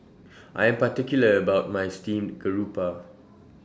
I Am particular about My Steamed Garoupa